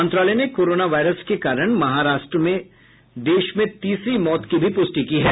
मंत्रालय ने corona virus के कारण महाराष्ट्र से देश में तीसरी मौत की भी पुष्टि की है